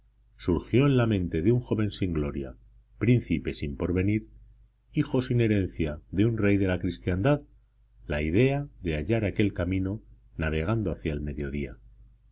surgió en la mente de un joven sin gloria príncipe sin porvenir hijo sin herencia de un rey de la cristiandad la idea de hallar aquel camino navegando hacia el mediodía